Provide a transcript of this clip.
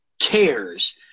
cares